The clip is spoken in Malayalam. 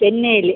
ചെന്നൈയിൽ